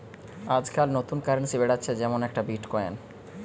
আজকাল নতুন কারেন্সি বেরাচ্ছে যেমন একটা বিটকয়েন